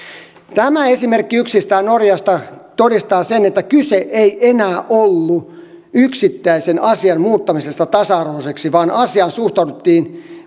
tämä esimerkki yksistään norjasta todistaa sen että kyse ei enää ollut yksittäisen asian muuttamisesta tasa arvoiseksi vaan asiaan suhtauduttiin